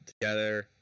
together